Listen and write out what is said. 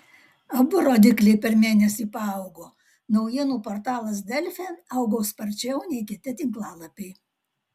abu rodikliai per mėnesį paaugo naujienų portalas delfi augo sparčiau nei kiti tinklalapiai